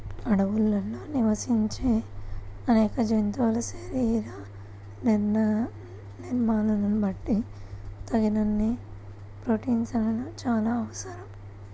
అడవుల్లో నివసించే అనేక జంతువుల శరీర నిర్మాణాలను బట్టి తగినన్ని ప్రోటీన్లు చాలా అవసరం